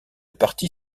parti